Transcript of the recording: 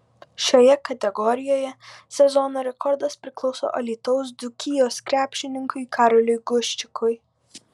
šioje kategorijoje sezono rekordas priklauso alytaus dzūkijos krepšininkui karoliui guščikui